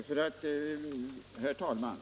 Herr talman!